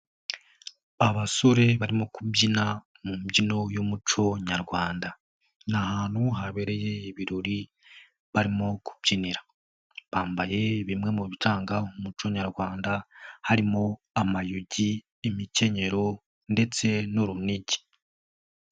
Abasore barimo kubyina mu mbyino y'umuco Nyarwanda ni ahantu habereye ibirori barimo kubyinira, bambaye bimwe mu biranga umuco Nyarwanda harimo amayogi, imikenyero ndetse n'urunigi.